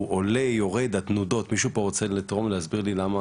עולה יורד התנודות מישהו פה רוצה לתרום להסביר לי למה,